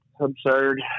Absurd